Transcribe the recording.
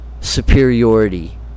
superiority